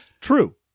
True